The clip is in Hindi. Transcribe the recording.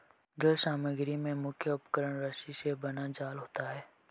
जल समग्री में मुख्य उपकरण रस्सी से बना जाल होता है